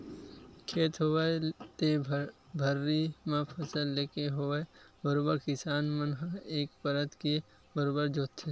खेत होवय ते भर्री म फसल लेके होवय बरोबर किसान मन ह एक परत के बरोबर जोंतथे